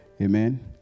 Amen